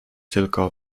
tylko